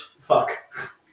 Fuck